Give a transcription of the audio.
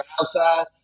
outside